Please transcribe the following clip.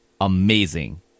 Amazing